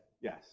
yes